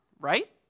right